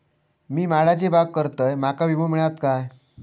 मी माडाची बाग करतंय माका विमो मिळात काय?